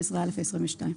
15(א) ו-22.